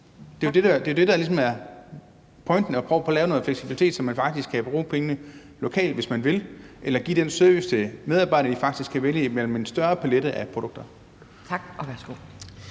Det er jo det, der ligesom er pointen, altså at prøve på at lave noget fleksibilitet, så man faktisk kan bruge pengene lokalt, hvis man vil, eller give den service til medarbejderne, at de faktisk kan vælge imellem en større palet af produkter. Kl.